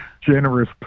Generous